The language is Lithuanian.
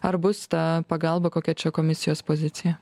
ar bus ta pagalba kokia čia komisijos pozicija